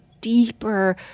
deeper